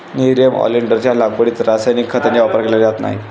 nerium ऑलिंडरच्या लागवडीत रासायनिक खतांचा वापर केला जात नाही